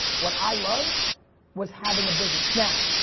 what i loved was having a business. now,